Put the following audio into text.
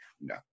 no